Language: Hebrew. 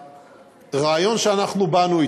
והרעיון שאנחנו באנו אתו,